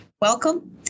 welcome